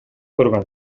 көргөн